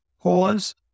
pause